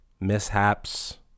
mishaps